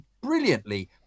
brilliantly